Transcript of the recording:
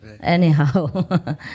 Anyhow